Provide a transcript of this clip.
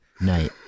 night